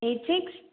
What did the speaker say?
eight six